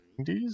90s